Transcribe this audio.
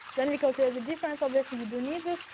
then we calculate the difference, obviously, you do need this.